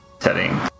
setting